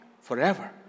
forever